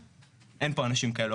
אין פה אנשים כאלה,